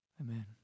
Amen